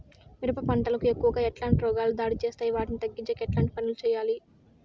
మిరప పంట కు ఎక్కువగా ఎట్లాంటి రోగాలు దాడి చేస్తాయి వాటిని తగ్గించేకి ఎట్లాంటి పనులు చెయ్యాలి?